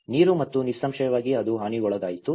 ನೀರು ಮತ್ತು ನಿಸ್ಸಂಶಯವಾಗಿ ಅದು ಹಾನಿಗೊಳಗಾಯಿತು